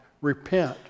Repent